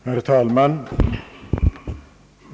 Herr talman!